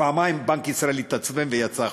פעמיים בנק ישראל התעצבן ויצא החוצה.